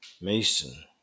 Mason